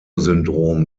syndrom